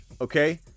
Okay